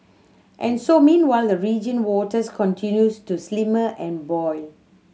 and so meanwhile the region waters continue to slimmer and boil